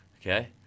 okay